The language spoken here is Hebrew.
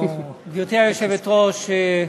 גברתי היושבת-ראש,